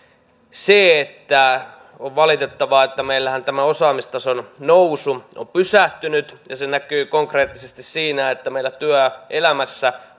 se että on valitettavaa että meillähän tämä osaamistason nousu on pysähtynyt se näkyy konkreettisesti siinä että meillä työelämässä